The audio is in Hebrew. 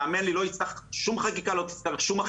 תאמין לי, לא תצטרך שום חקיקה כלפיהם.